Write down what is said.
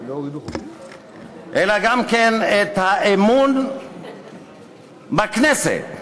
אלא גם את האמון בכנסת,